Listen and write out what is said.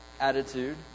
attitude